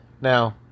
Now